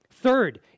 Third